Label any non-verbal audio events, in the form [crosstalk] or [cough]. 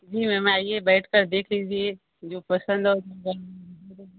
जी ma'am आइये बैठ कर देख लीजिये जो पसंद हो [unintelligible]